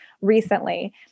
recently